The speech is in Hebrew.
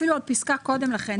אפילו עוד פסקה קודם לכן,